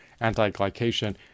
anti-glycation